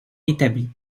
établie